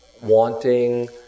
wanting